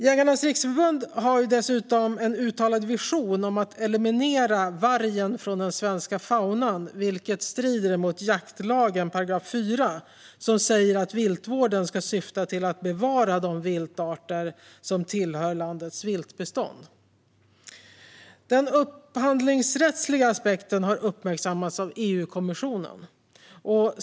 Jägarnas Riksförbund har dessutom en uttalad vision om att eliminera vargen från den svenska faunan, vilket strider mot 4 § jaktlagen, som säger att viltvården ska syfta till att bevara de viltarter som tillhör landets viltbestånd. Den upphandlingsrättsliga aspekten har uppmärksammats av EU-kommissionen.